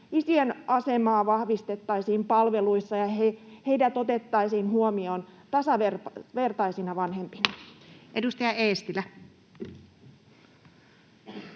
isien asemaa vahvistettaisiin palveluissa ja heidät otettaisiin huomioon tasavertaisina vanhempina. [Speech